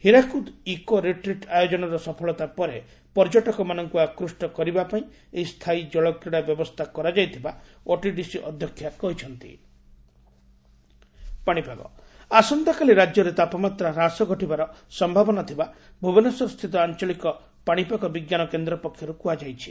Hirakud eco retreat ଆୟୋଜନର ସଫଳତା ପରେ ପର୍ଯ୍ୟଟକମାନଙ୍କୁ ଆକୃଷ୍ କରିବା ପାଇଁ ଏହି ସ୍ତାୟୀ ଜଳକ୍ରୀଡା ବ୍ୟବସ୍କା କରାଯାଇଥିବା ଓଟିଡିସି ଅଧ୍ଧକ୍ଷା କହିଛନ୍ତି ପାଣିପାଗ ଆସନ୍ତାକାଲି ରାଜ୍ୟରେ ତାପମାତ୍ରା ହ୍ରାସ ଘଟିବାର ସମ୍ଭାବନା ଥିବା ଭୁବନେଶ୍ୱରସ୍ତିତ ଆଞ୍ଚଳିକ ପାଶିପାଗ ବିଙ୍କାନ କେନ୍ଦ୍ ପକ୍ଷରୁ କୁହାଯାଇଛି